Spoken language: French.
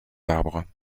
arbres